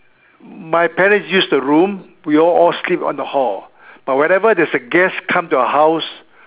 my parents use the room we all sleep on the hall but whenever there's a guest come to our house